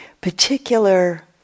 particular